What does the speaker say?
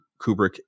kubrick